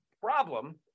problem